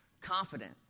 confident